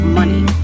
money